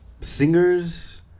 singers